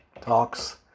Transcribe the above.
talks